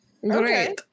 Great